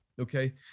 Okay